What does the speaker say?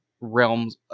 realms